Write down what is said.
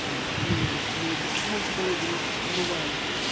نٔے نٔے چھِ نٔے نٔے یِمَن چھِ گۄڈٕنٮ۪تھ دِوان موبایِل فونٕز